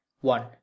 one